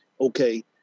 Okay